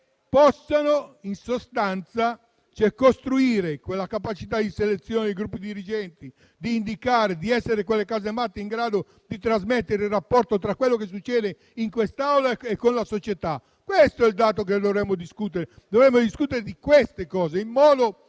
possano in sostanza costruire quella capacità di selezione dei gruppi dirigenti ed essere quelle casematte in grado di trasmettere il rapporto tra quello che succede in quest'Aula e la società. Questo è il dato che dovremmo discutere; dovremmo discutere di queste cose. Io